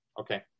Okay